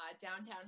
downtown